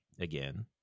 again